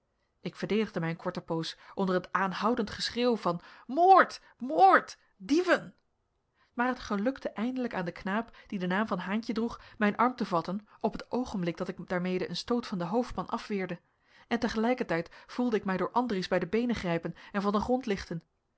ik verdedigde mij een korte poos onder het aanhoudend geschreeuw van moord moord dieven maar het gelukte eindelijk aan den knaap die den naam van haentje droeg mijn arm te vatten op het oogenblik dat ik daarmede een stoot van den hoofdman afweerde en te gelijkertijd voelde ik mij door andries bij de beenen grijpen en van den grond lichten